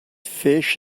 fish